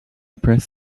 press